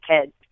kids